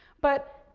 but,